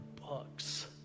bucks